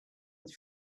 with